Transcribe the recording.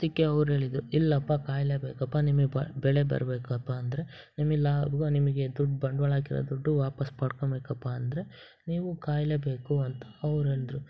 ಅದಕ್ಕೆ ಅವ್ರು ಹೇಳಿದರು ಇಲ್ಲಪ್ಪ ಕಾಯಲೇಬೇಕಪ್ಪ ನಿಮಗ್ ಬಾ ಬೆಳೆ ಬರ್ಬೇಕಪ್ಪ ಅಂದರೆ ನಿಮಗ್ ಲಾಭ ನಿಮಗೆ ದುಡ್ಡು ಬಂಡವಾಳ ಹಾಕಿರೋ ದುಡ್ಡು ವಾಪಸ್ ಪಡ್ಕೊಂಬೇಕಪ್ಪ ಅಂದರೆ ನೀವು ಕಾಯಲೇಬೇಕು ಅಂತ ಅವ್ರು ಹೇಳಿದ್ರು